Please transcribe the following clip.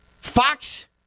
Fox